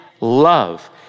love